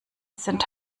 sind